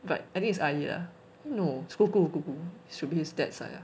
but I think it's 阿姨 lah no is 姑姑姑姑 should be his dad side ah